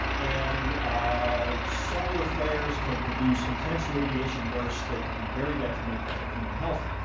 and um solar flares can produce intense radiation bursts that could be very detrimental to human health.